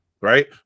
right